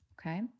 Okay